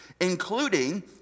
Including